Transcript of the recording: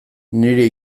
nire